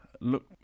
look